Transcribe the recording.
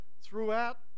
throughout